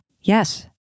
Yes